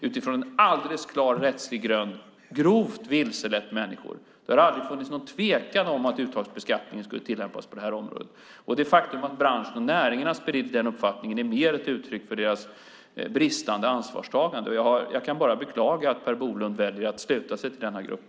Utifrån en klar rättslig grund har det grovt vilselett människor. Det har aldrig varit någon tvekan om att uttagsbeskattning ska tillämpas på det här området. Att branschen och näringen har spritt den uppfattningen är ett uttryck för deras bristande ansvarstagande. Jag kan bara beklaga att Per Bolund väljer att sluta sig till den gruppen.